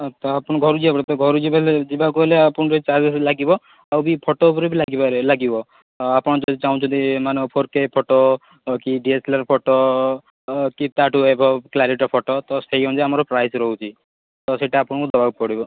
ଅଁ ତ ଆପଣଙ୍କ ଘରକୁ ଯିବାକୁ ପଡ଼ିବ ଘରକୁ ଯି ଗଲେ ଯିବାକୁ ହେଲେ ଆପଣଙ୍କୁ ଟିକିଏ ଚାର୍ଜେସ୍ ଲାଗିବ ଆଉ ବି ଫୋଟ ଉପରେ ବି ଲାଗିପାରେ ଲାଗିବ ଅଁ ଆପଣ ଯଦି ଚାହୁଁଛନ୍ତି ମାନେ ଏ ଫୋର କେ ଫୋଟ କି D S L R photo କି ତା'ଠୁ ଏଭବ୍ କ୍ଲାରିଟିର ଫୋଟ ତ ସେହି ଅନୁଯାୟୀ ଆମର ପ୍ରାଇସ୍ ରହୁଛି ତ ସେଇଟା ଆପଣଙ୍କୁ ଦେବାକୁ ପଡ଼ିବ